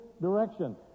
direction